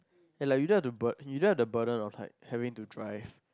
ike you don't have the burd~ you don't have the burden on like having to drive